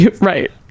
Right